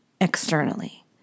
externally